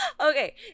Okay